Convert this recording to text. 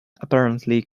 apparently